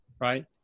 right